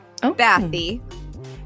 Bathy